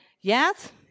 Yes